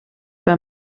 bei